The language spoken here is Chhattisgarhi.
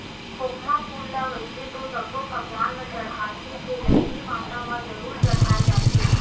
खोखमा फूल ल वइसे तो सब्बो भगवान म चड़हाथे फेर लक्छमी माता म जरूर चड़हाय जाथे